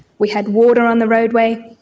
we had water on the roadway,